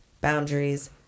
boundaries